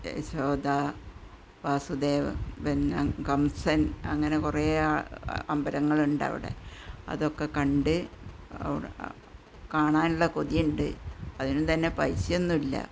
യശോദ വാസുദേവ് പിന്നെ കംസന് അങ്ങനെ കുറേ അമ്പലങ്ങളുണ്ട് അവിടെ അതൊക്കെ കണ്ട് അവിടെ കാണാനുള്ള കൊതിയുണ്ട് അതിനൊന്നും തന്നെ പൈസയൊന്നുമില്ല